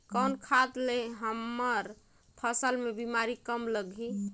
कौन खाद ले हमर फसल मे बीमारी कम लगही?